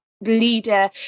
leader